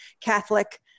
Catholic